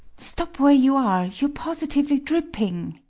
stop where you are. you're positively dripping.